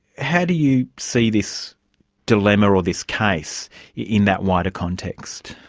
how do you see this dilemma or this case in that wider context?